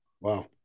Wow